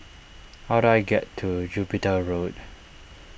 how do I get to Jupiter Road